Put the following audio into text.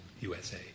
USA